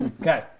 Okay